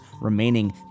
remaining